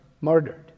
murdered